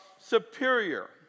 superior